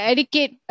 Educate